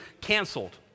canceled